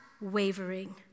wavering